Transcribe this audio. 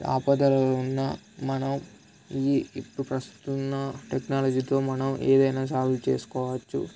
ఆపదలలో ఉన్న మనం ఈ ఇప్పుడు ప్రస్తుతం ఉన్న టెక్నాలజీతో మనం ఏదైనా సాల్వ్ చేసుకోవచ్చు